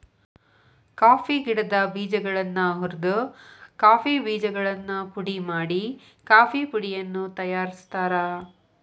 coffee ಗಿಡದ ಬೇಜಗಳನ್ನ ಹುರಿದ ಕಾಫಿ ಬೇಜಗಳನ್ನು ಪುಡಿ ಮಾಡಿ ಕಾಫೇಪುಡಿಯನ್ನು ತಯಾರ್ಸಾತಾರ